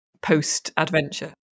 post-adventure